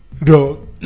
no